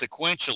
sequentially